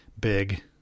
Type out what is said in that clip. big